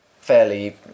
fairly